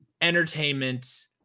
entertainment